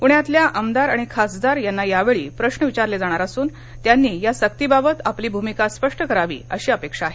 पुण्यातल्या आमदार आणि खासदार यांना यावेळी प्रश्न विचारले जाणार असून त्यांनी या सक्तीबाबत आपली भूमिका स्पष्ट करावी अशी अपेक्षा आहे